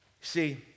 See